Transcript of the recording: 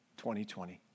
2020